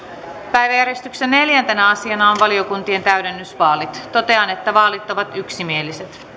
päiväjärjestyksen neljäntenä asiana on valiokuntien täydennysvaalit totean että vaalit ovat yksimieliset